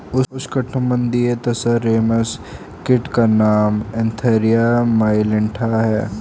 उष्णकटिबंधीय तसर रेशम कीट का नाम एन्थीरिया माइलिट्टा है